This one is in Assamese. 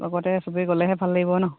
লগতে চবেই গ'লেহে ভাল লাগিব ন